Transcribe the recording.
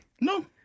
No